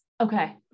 Okay